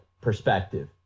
perspective